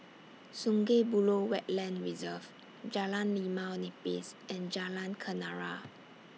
Sungei Buloh Wetland Reserve Jalan Limau Nipis and Jalan Kenarah